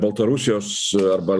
baltarusijos arba